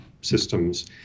systems